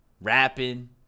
Rapping